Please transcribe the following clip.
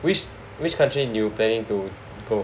which which country you planning to go